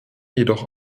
jedoch